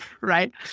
right